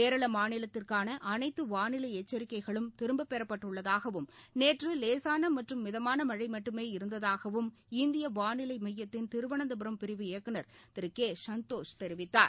கேரளா மாநிலத்திற்கான அனைத்து வாளிலை எச்சரிக்கைகளும் திரும்பப்பெறப்பட்டுள்ளதாகவும் நேற்று லேசான மற்றும் மிதமான மழை மட்டுமே இருந்ததாகவும் இந்திய வாளிலை எமயத்தின் திருவனந்தபுரம் பிரிவு இயக்குநர் திரு கே சந்தோஷ் தெரிவித்தார்